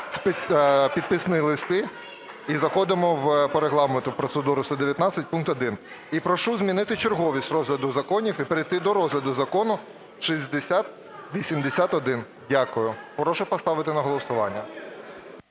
підписні листи і заходимо по Регламенту в процедуру 119 пункт 1. І прошу змінити черговість розгляду законів і перейти до розгляду Закону 6081. Дякую. Прошу поставити на голосування.